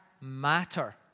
Matter